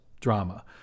drama